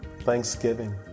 Thanksgiving